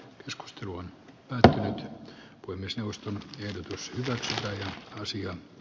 keskusteluun tahtiin kuin myös jaoston ehdotus asian